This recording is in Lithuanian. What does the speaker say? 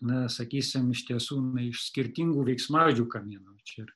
na sakysim iš tiesų iš skirtingų veiksmažodžių kamienų čia ir